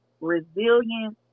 resilience